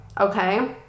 okay